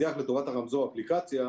בצורת הרמזור אפליקציה.